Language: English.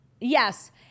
Yes